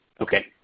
Okay